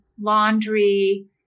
laundry